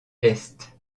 est